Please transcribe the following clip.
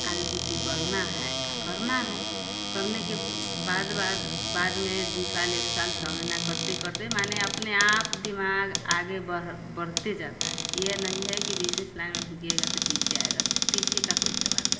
आगू ती बरना है और करना है करने के बाद बाद में दू साल एक साल छः महिना को करते करते माने अपने आप दिमाग आगे बर बढ़ते जाता है ये नहीं है कि बिजनिस लाइन में ढुकिएगा त पीछे आएगा पीछे का कोई सवाल नहीं